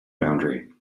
boundary